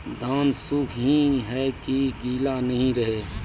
धान सुख ही है की गीला नहीं रहे?